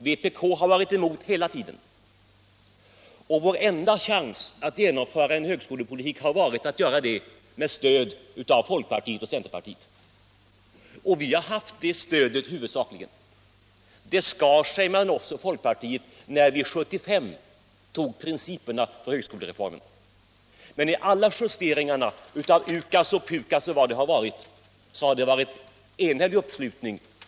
Vpk har varit emot hela tiden, och vår enda chans att genomföra en högskolepolitik har varit att göra det med stöd av folkpartiet och centerpartiet. Det skar sig mellan oss och folkpartiet när vi 1975 tog principerna för högskolereformen. Men i alla justeringar av UKAS, PUKAS osv. har det varit stor uppslutning.